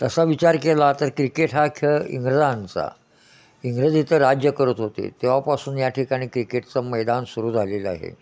तसा विचार केला तर क्रिकेट हा खेळ इंग्रजांचा इंग्रज इथं राज्य करत होते तेव्हापासून या ठिकाणी क्रिकेटचं मैदान सुरू झालेलं आहे